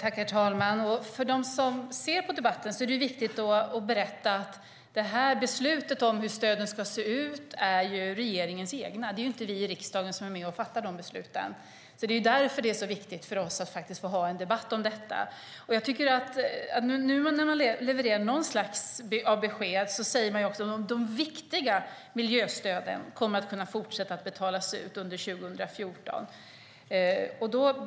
Herr talman! För dem som ser på debatten är det viktigt att berätta att besluten om hur stöden ska se ut är regeringens egna. Det är inte vi i riksdagen som är med och fattar de besluten. Det är därför det är så viktigt för oss att faktiskt få debattera detta. När man nu levererar något slags besked säger man att de viktiga miljöstöden kommer att kunna fortsätta betalas ut under 2014.